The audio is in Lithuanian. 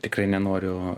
tikrai nenoriu